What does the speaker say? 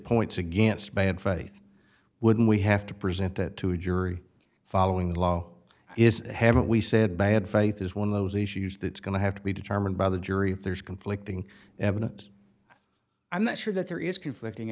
points against bad faith would we have to present that to a jury following the law is haven't we said bad faith is one of those issues that's going to have to be determined by the jury if there's conflicting evidence i'm not sure that there is conflicting